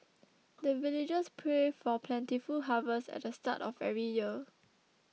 the villagers pray for plentiful harvest at the start of every year